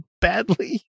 badly